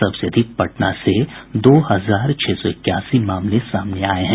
सबसे अधिक पटना से दो हजार छह सौ इक्यासी मामले सामने आए हैं